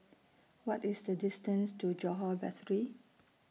What IS The distance to Johore Battery